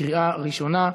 לקריאה ראשונה,